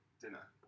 dinner